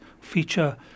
feature